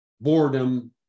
boredom